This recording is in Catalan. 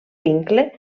vincle